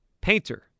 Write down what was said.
Painter